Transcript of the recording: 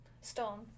stone